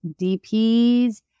DPs